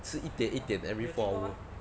吃一点一点 every four hours